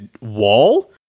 wall